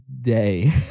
day